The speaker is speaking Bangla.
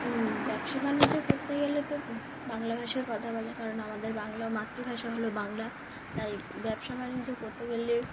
ব্যবসা বাণিজ্য করতে গেলে তো বাংলা ভাষায় কথা বলে কারণ আমাদের বাংলার মাতৃভাষা হলো বাংলা তাই ব্যবসা বাণিজ্য করতে গেলে